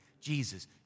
Jesus